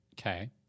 Okay